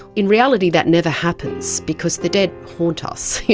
in reality that never happens because the dead haunt us,